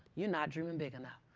you're not dreaming big enough.